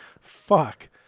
fuck